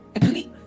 please